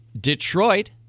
Detroit